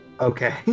Okay